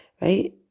right